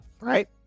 right